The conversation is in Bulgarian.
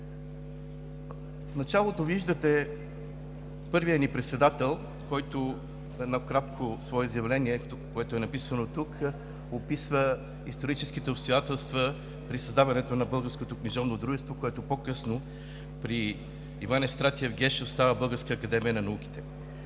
В началото виждате първия ни председател, който в едно кратко свое изявление, написано тук, описва историческите обстоятелства при създаването на Българското книжовно дружество, което по-късно при Иван Евстратиев Гешов става Българска академия на науките.